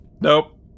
Nope